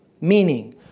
meaning